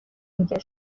میگه